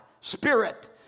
Spirit